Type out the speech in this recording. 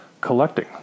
collecting